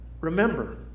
Remember